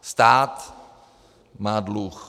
Stát má dluh.